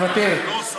מוותרת,